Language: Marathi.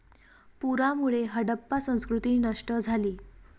पुरामुळे हडप्पा संस्कृती नष्ट झाली